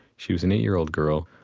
she was an eight-year-old girl,